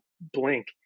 blink